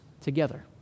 together